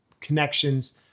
connections